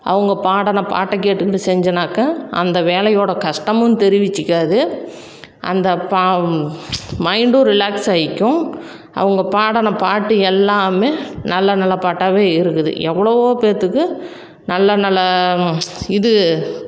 அவங்க பாடின பாட்டை கேட்டுக்கிட்டு செஞ்சேன்னாக்க அந்த வேலையோடய கஷ்டமும் தெரிவித்துக்காது அந்த இப்போ மைண்டும் ரிலாக்ஸாகிக்கும் அவங்க பாடின பாட்டு எல்லாமே நல்ல நல்ல பாட்டாகவே இருக்குது எவ்வளவோ பேர்த்துக்கு நல்ல நல்ல இது